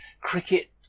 cricket